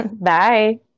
Bye